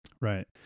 Right